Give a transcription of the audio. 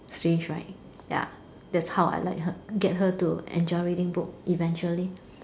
strange right ya that's how I like her get her to enjoy reading book eventually